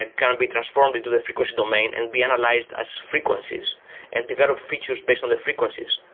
ah kind of be transformed into the frequency domain and be analyzed as frequencies and develop features based on the frequencies.